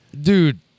Dude